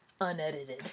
unedited